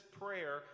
prayer